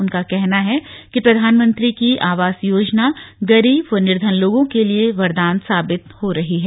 उनका कहना है कि प्रधानमंत्री की आवास योजना गरीब व निर्धन लोगों के लिए वरदान साबित हो रही है